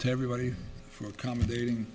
to everybody for accommodating